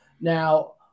Now